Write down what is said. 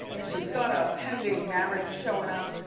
she's got a pending marriage showing up.